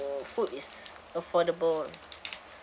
food is affordable